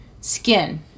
skin